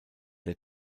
der